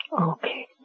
Okay